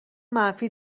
منفی